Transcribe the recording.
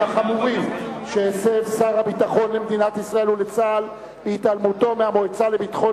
החמורים שהסב שר הביטחון למדינת ישראל ולצה"ל בהתעלמותו מהמועצה לביטחון